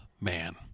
man